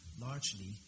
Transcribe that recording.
largely